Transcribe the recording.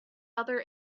other